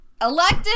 elected